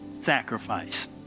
sacrifice